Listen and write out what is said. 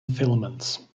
filaments